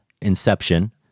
Inception